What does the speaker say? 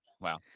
Wow